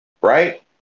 right